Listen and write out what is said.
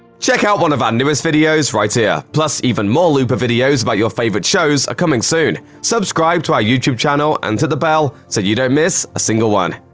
check out one of our newest videos right here! plus, even more looper videos about your favorite shows are coming soon. subscribe to our youtube channel and hit the bell so you don't miss a single one.